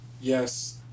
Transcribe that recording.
Yes